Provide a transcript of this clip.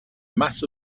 mass